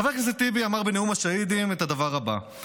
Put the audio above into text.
חבר הכנסת טיבי אמר בנאום השהידים את הדבר הבא: